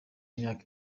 imyaka